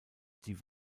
die